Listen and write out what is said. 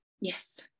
Yes